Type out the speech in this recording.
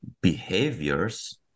behaviors